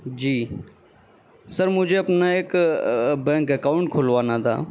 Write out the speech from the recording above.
جی sir مجھے اپنا ایک بینک اکاؤنٹ کھلوانا تھا